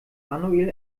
manuel